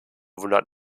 wundert